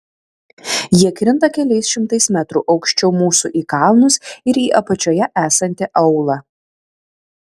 jie krinta keliais šimtais metrų aukščiau mūsų į kalnus ir į apačioje esantį aūlą